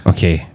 Okay